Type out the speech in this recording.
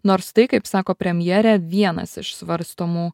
nors tai kaip sako premjerė vienas iš svarstomų